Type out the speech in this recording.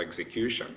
execution